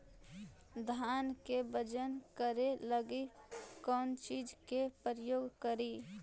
धान के बजन करे लगी कौन चिज के प्रयोग करि?